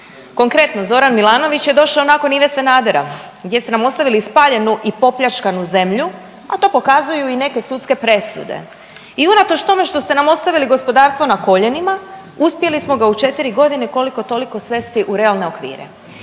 Konkretno Zoran Milanović je došao nakon Ive Sanadera gdje ste nam ostavili spaljenu i popljačkanu zemlju, a to pokazuju i neke sudske presude. I unatoč tome što ste nam ostavili gospodarstvo na koljenima uspjeli smo ga u 4 godine koliko toliko svesti u realne okvire.